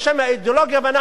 ואנחנו צריכים לדבר פוליטיקה.